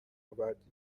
آوردیم